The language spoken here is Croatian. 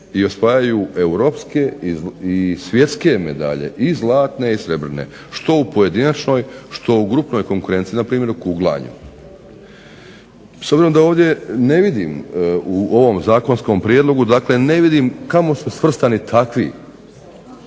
i osvajaju europske i svjetske medalje, i zlatne i srebrne, što u pojedinačnoj, što u grupnoj konkurenciji, npr. u kuglanju. S obzirom da ovdje ne vidim, u ovom zakonskom prijedlogu dakle ne vidim kamo su svrstani takvi